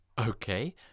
Okay